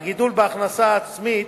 והגידול בהכנסה העצמית,